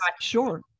sure